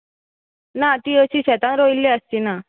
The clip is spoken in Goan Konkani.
ना ती अशी शेतांत रोयिल्ली आसची ना